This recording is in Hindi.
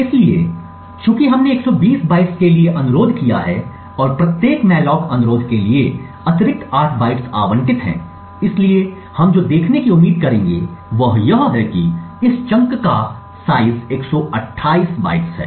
इसलिए चूंकि हमने 120 बाइट्स के लिए अनुरोध किया है और प्रत्येक मॉलोक अनुरोध के लिए अतिरिक्त 8 बाइट्स आवंटित हैं इसलिए हम जो देखने की उम्मीद करेंगे वह यह है कि इस चंक का आकार 128 बाइट्स है